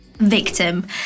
Victim